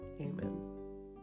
Amen